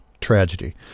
tragedy